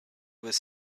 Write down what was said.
with